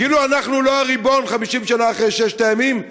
כאילו אנחנו לא הריבון 50 שנה אחרי ששת הימים.